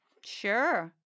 Sure